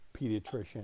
pediatrician